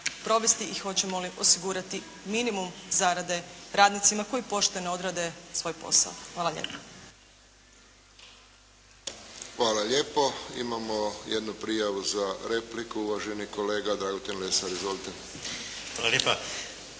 i hoćemo li osigurati minimum zarade radnicima koji pošteno odrade svoj posao. Hvala lijepa. **Friščić, Josip (HSS)** Hvala lijepo. Imamo jednu prijavu za repliku. Uvaženi kolega Dragutin Lesar. Izvolite. **Lesar,